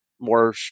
more